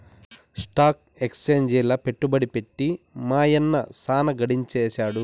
stock ఎక్సేంజిల పెట్టుబడి పెట్టి మా యన్న సాన గడించేసాడు